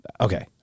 Okay